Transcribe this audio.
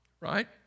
Right